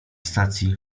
stacji